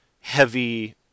heavy